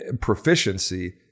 Proficiency